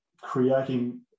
creating